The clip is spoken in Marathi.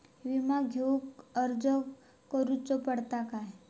विमा घेउक अर्ज करुचो पडता काय?